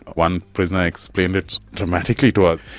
one prisoner explained it dramatically to us.